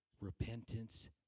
Repentance